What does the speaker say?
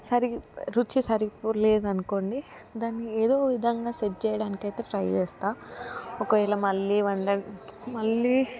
సరి రుచి సరిపోలేదనుకోండి దాన్ని ఏదో ఒక విధంగా సెట్ చేయడానికయితే ట్రై చేస్తా ఒకవేళ మళ్ళీ వండ మళ్ళీ